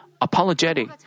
apologetic